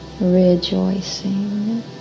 rejoicing